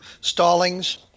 stallings